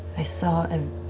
i saw a.